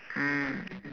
mm